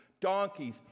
donkeys